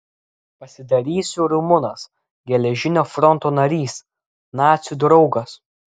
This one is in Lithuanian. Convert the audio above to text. pasidarysiu rumunas geležinio fronto narys nacių draugas